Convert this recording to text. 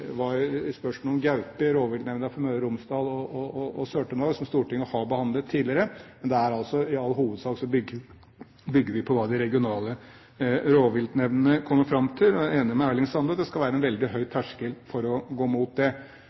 var spørsmålet om gaupe i rovviltnemnda for Møre og Romsdal og Sør-Trøndelag, som Stortinget har behandlet tidligere, men i all hovedsak bygger vi altså på hva de regionale rovviltnemndene kommer fram til. Jeg er enig med Erling Sande i at det skal være en veldig høy terskel for å gå mot det.